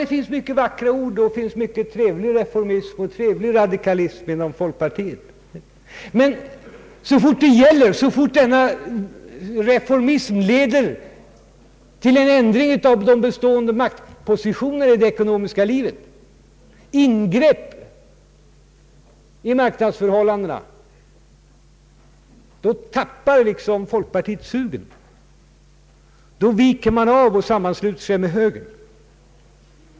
Det finns mycket vackra ord, mycket trevlig reformism och trevlig radikalism inom folkpartiet. Men så fort det gäller, så fort denna reformism leder till en ändring av de bestående maktpositionerna i det ekonomiska livet, till ingrepp i marknadsförhållandena, då tappar folkpartiet liksom sugen, då viker man av och slutar sig samman med högern.